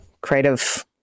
creative